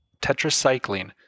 tetracycline